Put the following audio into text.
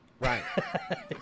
Right